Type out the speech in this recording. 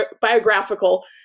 biographical